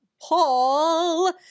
Paul